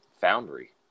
foundry